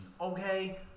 Okay